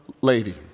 lady